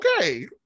Okay